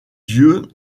dieux